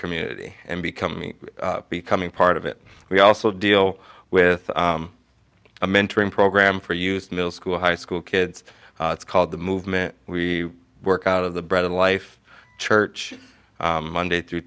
community and become becoming part of it we also deal with a mentoring program for use in middle school high school kids it's called the movement we work out of the bread of life church monday through